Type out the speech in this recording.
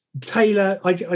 Taylor